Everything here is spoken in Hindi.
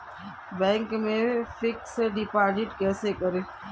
बैंक में फिक्स डिपाजिट कैसे करें?